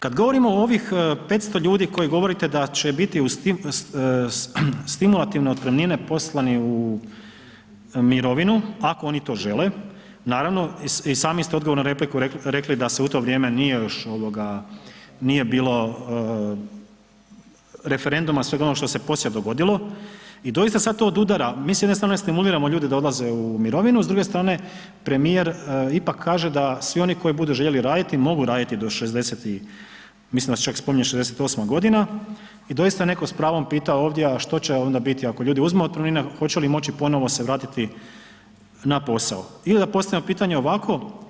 Kad govorimo o ovih 500 ljudi koji govorite da će biti uz stimulativne otpremnine poslani u mirovinu ako oni to žele, naravno i sami ste u odgovoru na repliku rekli da se u to vrijeme nije još ovoga, nije bilo referenduma sveg onog što se poslije dogodilo i doista sad to odudara, mi s jedne strane stimuliramo ljude da odlaze u mirovinu, s druge strane premijer ipak kaže da svi oni koji budu radili mogu raditi do, mislim da čak spominje 68 godina i doista netko s pravom pita ovdje, a što će onda biti ako ljudi uzmu otpremnine hoće li moći ponovo se vratiti na posao ili da postavimo pitanje ovako.